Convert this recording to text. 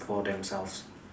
for themselves